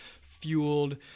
fueled